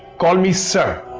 call me sir!